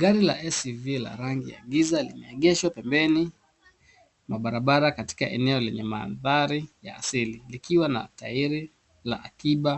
Gari la SUV la rangi ya giza limeegeshwa pembeni mwa barabara katika eneo lenye mandhari ya asili likiwa na tairi la akiba